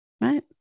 Right